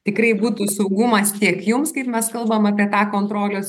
tikrai būtų saugumas tiek jums kaip mes kalbam apie tą kontrolės